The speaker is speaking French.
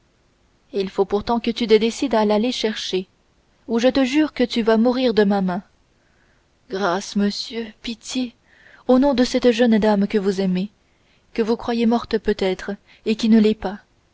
il faut pourtant que tu te décides à l'aller chercher ou je te jure que tu vas mourir de ma main grâce monsieur pitié au nom de cette jeune dame que vous aimez que vous croyez morte peut-être et qui ne l'est pas